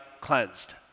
cleansed